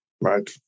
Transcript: Right